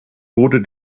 wurde